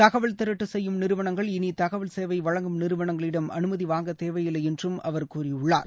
தகவல் திரட்டுசெய்யும் நிறுவனங்கள் இனிதகவல் சேவைவழங்கும் நிறுவனங்களிடம் அனுமதிவாங்கத் தேவையில்லைஎன்றுஅவரகூறியுள்ளார்